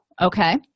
okay